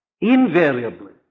Invariably